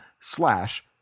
slash